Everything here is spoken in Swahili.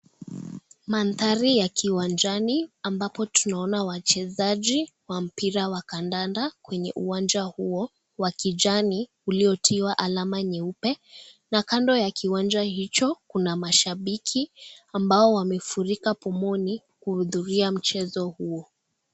Mandhari ya kiwanjani ambapo tunaona wachezaji wa mpira wa kandanda kwenye uwanja huo wa kijani uliotiwa alama nyeupe na kando ya kiwanja hicho kuna mashabiki ambao wamefurika pumuni kuhudhuria mchezo huo.